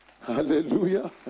Hallelujah